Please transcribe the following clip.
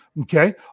Okay